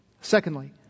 Secondly